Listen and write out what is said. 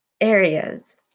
areas